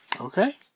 Okay